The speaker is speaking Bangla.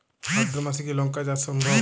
ভাদ্র মাসে কি লঙ্কা চাষ সম্ভব?